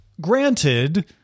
Granted